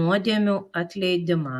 nuodėmių atleidimą